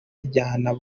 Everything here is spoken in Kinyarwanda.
injyana